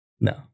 No